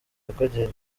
yakongera